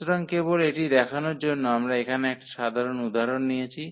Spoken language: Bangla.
সুতরাং কেবল এটি দেখানোর জন্য আমরা এখানে একটা সাধারণ উদাহরণ নিয়েছি